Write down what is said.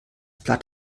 blatt